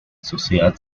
sociedad